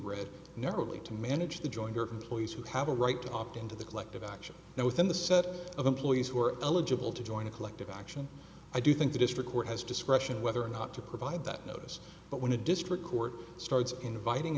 read narrowly to manage the jointer police who have a right to opt into the collective action and within the set of employees who are eligible to join a collective action i do think the district court has discretion whether or not to provide that notice but when a district court starts inviting